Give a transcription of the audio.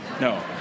No